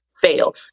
fail